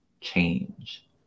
change